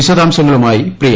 വിശദാംശങ്ങളുമായി പ്രിയ